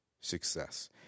success